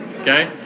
Okay